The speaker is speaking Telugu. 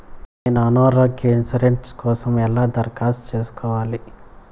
నేను ఆరోగ్య ఇన్సూరెన్సు కోసం ఎలా దరఖాస్తు సేసుకోవాలి